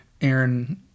Aaron